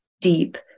deep